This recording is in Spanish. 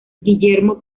guillermo